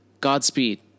godspeed